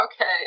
Okay